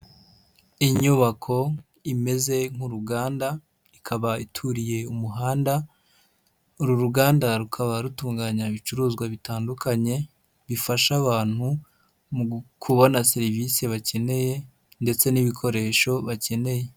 Inyubako imeze nk'uruganda ikaba ituriye umuhanda, uru ruganda rukaba rutunganya ibicuruzwa bitandukanye bifasha abantu mu kubona serivisi bakeneye ndetse n'ibikoresho bakeneye.